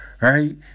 Right